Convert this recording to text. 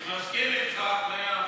אני מסכים אתך במאה אחוז.